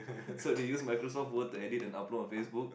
so they use Microsoft word to edit and upload on Facebook